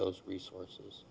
those resources